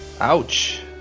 Ouch